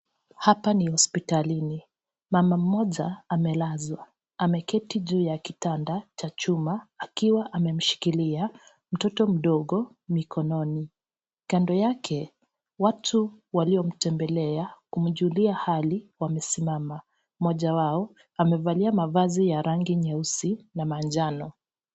Hapa ni hospitalini mama mmoja amelazwa ameketi juu ya kitanda cha chuma akiwa amemshikilia mtoto mdogo mikononi kando yake watu waliomtembelea kumjulia hali wamesimama mmoja wao amevalia mavazi ya rangi nyeusi na manjano .